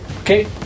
Okay